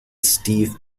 steve